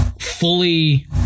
fully